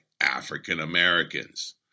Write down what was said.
African-Americans